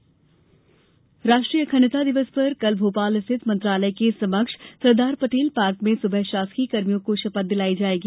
अखण्डता दिवस राष्ट्रीय अखण्डता दिवस पर कल भोपाल स्थित मंत्रालय के समक्ष सरदार पटेल पार्क में सुबह शासकीय कर्मियों को शपथ दिलाई जाएगी